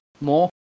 more